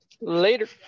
Later